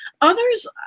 Others